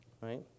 Right